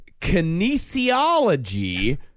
kinesiology